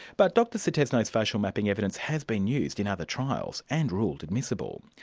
but dr sutisno's facial mapping evidence has been used in other trials, and ruled admissible.